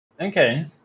Okay